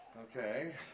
Okay